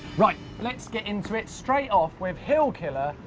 right, let's get into it straight off with hillkillr,